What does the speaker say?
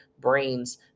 brains